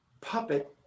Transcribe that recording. puppet